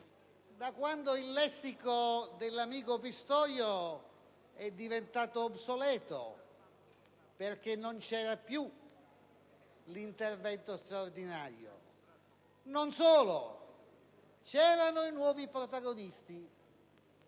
Da quando il lessico dell'amico Pistorio è diventato obsoleto perché non c'era più l'intervento straordinario. Non solo: c'erano i nuovi protagonisti,